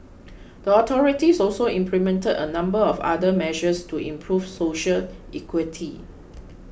the authorities also implemented a number of other measures to improve social equity